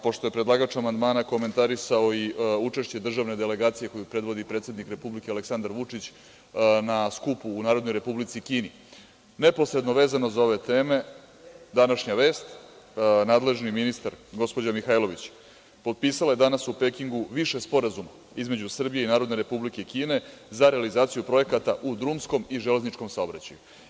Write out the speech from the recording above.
Pošto je predlagač amandmana komentarisao i učešće državne delegacije koju predvodi predsednik Republike Aleksandar Vučić na skupu u Narodnoj Republici Kini, neposredno vezano za ove teme, današnja vest - nadležni ministar, gospođa Mihajlović, potpisala je danas u Pekingu više sporazuma između Srbije i Narodne Republike Kine za realizaciju projekata u drumskom i železničkom saobraćaju.